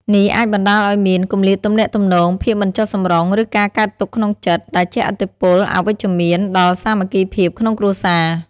នេះអាចបណ្ដាលឱ្យមាន គម្លាតទំនាក់ទំនង ភាពមិនចុះសម្រុង ឬការកើតទុក្ខក្នុងចិត្ត ដែលជះឥទ្ធិពលអវិជ្ជមានដល់សាមគ្គីភាពក្នុងគ្រួសារ។